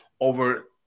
over